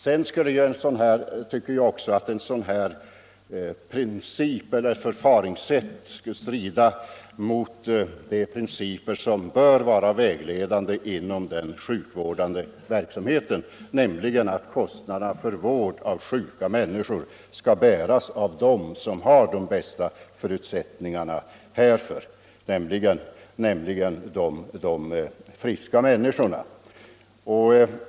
Sedan tycker jag också att ett sådant förfaringssätt skulle strida mot de principer som bör vara vägledande inom den sjukvårdande verksamheten, nämligen att kostnaderna för vården av sjuka skall bäras av dem som har de bästa förutsättningarna härför, dvs. de friska människorna.